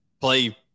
play